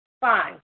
Fine